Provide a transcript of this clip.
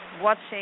watching